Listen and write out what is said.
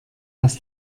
was